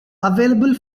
available